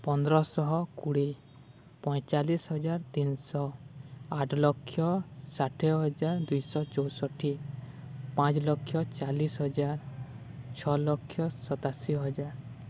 ପନ୍ଦରଶହ କୋଡ଼ିଏ ପଇଁଚାଳିଶି ହଜାର ତିନିଶହ ଆଠ ଲକ୍ଷ ଷାଠିଏ ହଜାର ଦୁଇଶହ ଚଉଷଠି ପାଞ୍ଚ ଲକ୍ଷ ଚାଳିଶି ହଜାର ଛଅ ଲକ୍ଷ ସତାଅଶୀ ହଜାର